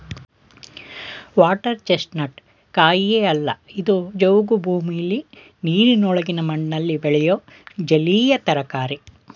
water chestnut ಕಾಯಿಯೇ ಅಲ್ಲ ಇದು ಜವುಗು ಭೂಮಿಲಿ ನೀರಿನೊಳಗಿನ ಮಣ್ಣಲ್ಲಿ ಬೆಳೆಯೋ ಜಲೀಯ ತರಕಾರಿ